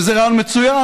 שזה רעיון מצוין,